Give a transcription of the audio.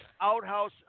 outhouse